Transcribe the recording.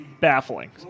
Baffling